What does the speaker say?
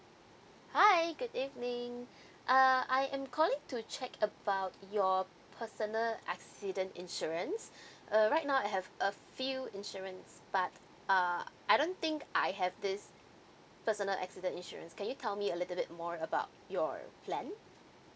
hi good evening uh I am calling to check about your personal accident insurance uh right now I have a few insurance but uh I don't think I have this personal accident insurance can you tell me a little bit more about your plan